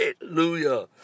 Hallelujah